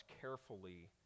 carefully